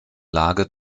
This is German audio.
lage